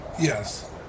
Yes